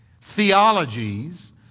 theologies